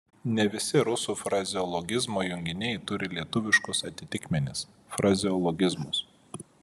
ne visi rusų frazeologizmo junginiai turi lietuviškus atitikmenis frazeologizmus